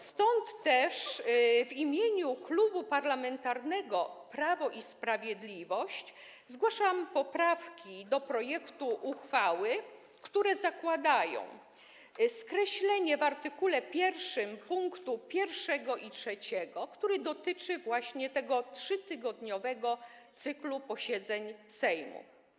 Stąd też w imieniu Klubu Parlamentarnego Prawo i Sprawiedliwość zgłaszam poprawki do projektu uchwały, które zakładają skreślenie w art. 1 pkt 1 i 3, które dotyczą właśnie tego 3-tygodniowego cyklu posiedzeń Sejmu.